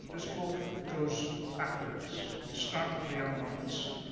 this book goes backwards. we start with the young ones,